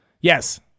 Yes